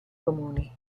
comuni